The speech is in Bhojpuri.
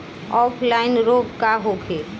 ऑफलाइन रोग का होखे?